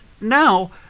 now